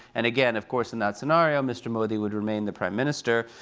and again, of course, in that scenario, mr. modi would remain the prime minister.